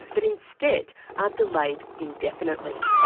but instead are delayed indefinitely?